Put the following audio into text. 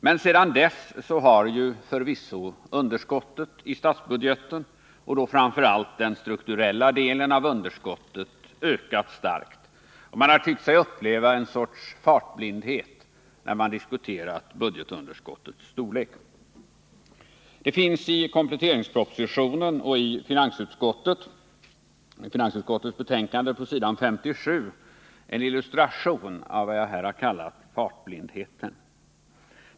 Men sedan dess har förvisso underskottet i statsbudgeten — och då framför allt den strukturella delen av underskottet — ökat starkt, och man har tyckt sig uppleva en sorts fartblindhet, när man diskuterat budgetunderskottets storlek. Det finns i kompletteringspropositionen och i finansutskottets betänkande på s. 57 en illustration av vad jag här har kallat fartblindheten.